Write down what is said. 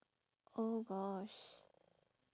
oh gosh